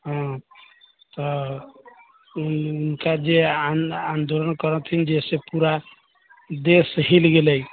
हँ तऽ उनकर जे आन्दोलन करलथिन जे से पूरा देश हिल गेलै